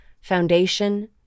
foundation